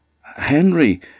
Henry